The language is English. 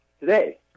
today